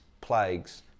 plagues